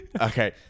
Okay